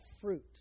fruit